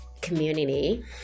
community